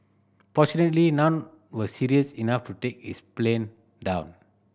fortunately none were serious enough to take his plane down